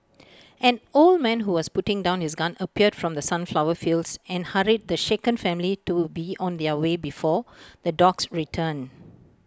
an old man who was putting down his gun appeared from the sunflower fields and hurried the shaken family to be on their way before the dogs return